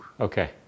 Okay